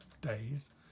days